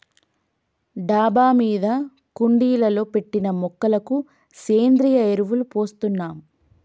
డాబా మీద కుండీలలో పెట్టిన మొక్కలకు సేంద్రియ ఎరువులు పోస్తున్నాం